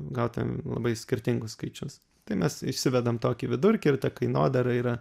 gautumėm labai skirtingus skaičius tai mes išsivedam tokį vidurkį ir ta kainodara yra